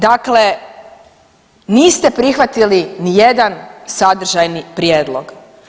Dakle, niste prihvatili ni jedan sadržajni prijedlog.